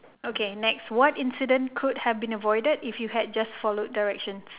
okay next what incident could have been avoided if you had just followed directions